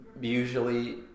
usually